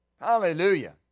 Hallelujah